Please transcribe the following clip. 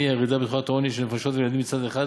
הירידה בתחולת העוני של נפשות וילדים מצד אחד